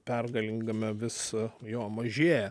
pergalingame vis jo mažėja